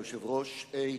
אדוני היושב-ראש, תודה.